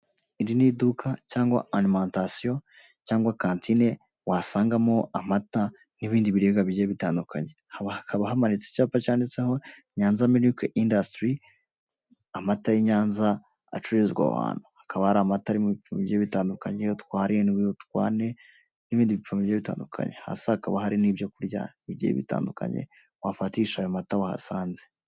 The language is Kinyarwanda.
Iri ni iduka cyangwa arimantasiyo, cyangwa kantine wasangamo amata n'ibindi birenga bigiye bitandukanye. Hakaba hamanitse icyapa cyanditseho Nyanza miriki indasitiri, amata y'Inyaza acururizwa aho hantu. Hakaba hari amata ari mu bipimo bigiye bitandukanye, utwarindi, utwane n'ibindi bipimo bigiye bitandukane. Hasi hakaba hari n'ibyo kurya bigiye bitandukanye wafatisha ayo mata wahasanze.